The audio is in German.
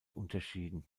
unterschieden